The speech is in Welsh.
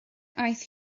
aeth